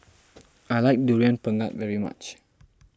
I like Durian Pengat very much